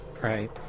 Right